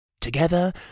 Together